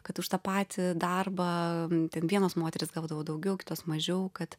kad už tą patį darbą ten vienos moterys gaudavo daugiau kitos mažiau kad